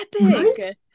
epic